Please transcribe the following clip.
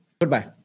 Goodbye